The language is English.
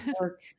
work